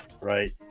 right